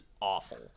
awful